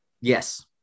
Yes